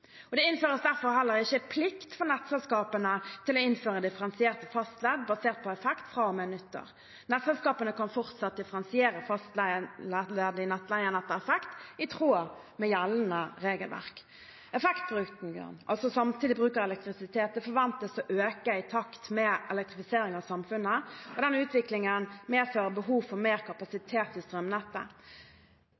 Det innføres derfor heller ikke en plikt for nettselskapene til å innføre differensierte fastledd basert på effekt fra og med nyttår. Nettselskapene kan fortsatt differensiere fastleddet i nettleien etter effekt i tråd med gjeldende regelverk. Effektbruken, altså samtidig bruk av elektrisitet, forventes å øke i takt med elektrifiseringen av samfunnet, og utviklingen medfører behov for mer